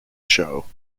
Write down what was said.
show